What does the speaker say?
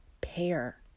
pair